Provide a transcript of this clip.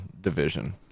division